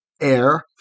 air